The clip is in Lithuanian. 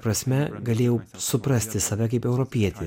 prasme galėjau suprasti save kaip europietį